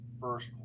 first